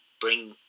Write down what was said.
bring